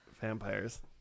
vampires